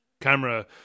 camera